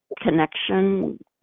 connection